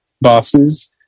bosses